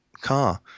car